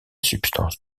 substance